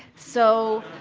so